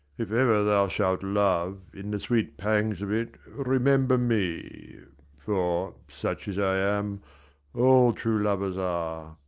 if ever thou shalt love, in the sweet pangs of it remember me for such as i am all true lovers are,